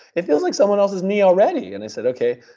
it feels like someone else's knee already. and i said, okay.